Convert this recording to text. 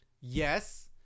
Yes